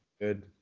good